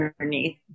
underneath